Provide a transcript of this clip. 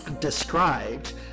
described